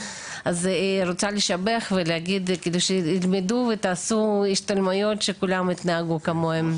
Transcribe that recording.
אז רוצה לשבח ולהגיד כדי שילמדו ותעשו השתלמויות שכולם יתנהגו כמוהם,